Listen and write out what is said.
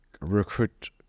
recruit